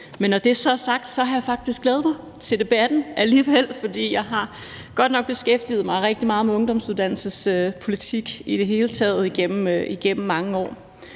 når det så er sagt, har jeg faktisk alligevel glædet mig til debatten, for jeg har godt nok beskæftiget mig rigtig meget med ungdomsuddannelsespolitik i det hele taget igennem mange år.